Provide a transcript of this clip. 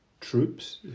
troops